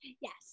Yes